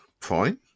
fine